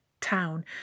town